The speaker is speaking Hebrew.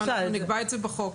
אנחנו נקבע את זה בחוק.